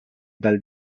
dal